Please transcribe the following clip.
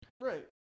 Right